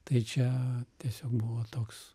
tai čia tiesiog buvo toks